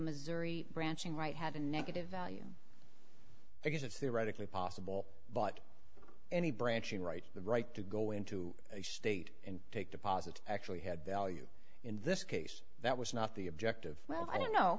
missouri branching right had a negative value because it's theoretically possible but any branching right the right to go into a state and take deposits actually had value in this case that was not the objective well i don't know